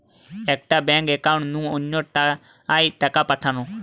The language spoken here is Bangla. একটা ব্যাঙ্ক একাউন্ট নু অন্য টায় টাকা পাঠানো